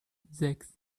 sechs